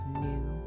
new